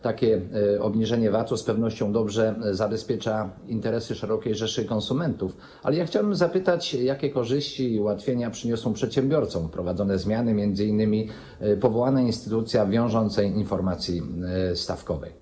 Takie obniżenie VAT-u z pewnością dobrze zabezpiecza interesy szerokiej rzeszy konsumentów, ale chciałbym zapytać, jakie korzyści i ułatwienia przyniosą przedsiębiorcom wprowadzone zmiany, m.in. powołana instytucja wiążącej informacji stawkowej.